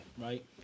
right